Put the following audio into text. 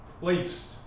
placed